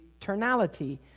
eternality